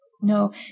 No